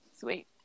Sweet